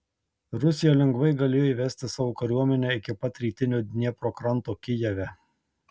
rusija lengvai galėjo įvesti savo kariuomenę iki pat rytinio dniepro kranto kijeve